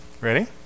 Ready